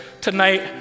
tonight